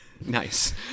Nice